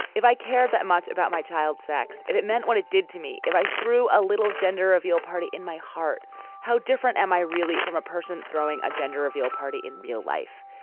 if i cared that much about my child sex if it meant what it did to me if i threw a little gender reveal party in my heart how different am i really from a person throwing a gender reveal party in real life.